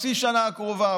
בחצי השנה הקרובה,